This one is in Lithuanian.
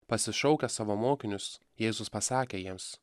pasišaukęs savo mokinius jėzus pasakė jiems